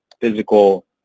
physical